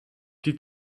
die